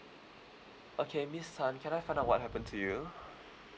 okay miss tan can I find out what happened to you